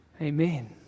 Amen